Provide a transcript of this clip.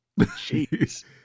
Jeez